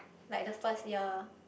like the first year